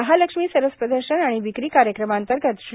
महालक्ष्मी सरस प्रदर्शन आणि विक्री कार्यक्रमांतर्गत श्री